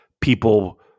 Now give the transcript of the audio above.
people